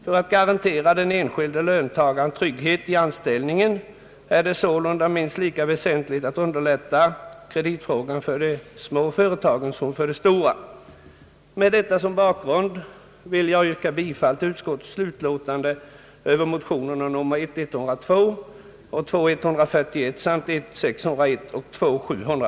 För att garantera den enskilde löntagaren trygghet i anställningen är det sålunda minst lika väsentligt att underlätta kreditförsörjningen för de små företagen som för de stora.